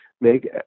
make